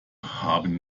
haben